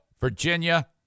Virginia